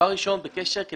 אנחנו